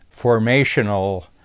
formational